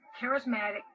charismatic